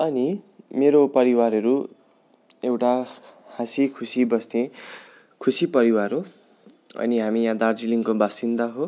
अनि मेरो परिवारहरू एउटा हाँसि खुसी बस्ने खुसी परिवार हो अनि हामी यहाँ हामी दार्जिलिङको वासिन्दा हो